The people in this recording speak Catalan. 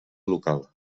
local